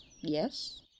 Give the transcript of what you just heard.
Yes